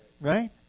Right